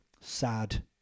Sad